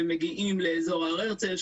שהם מגיעים לאזור הר הרצל,